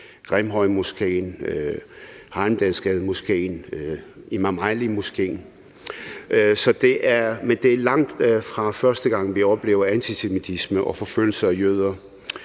Grimhøjmoskeen, Heimdalsgademoskeen, Imam Ali Moskeen. Det er langtfra første gang, vi oplever antisemitisme og forfølgelse af jøder.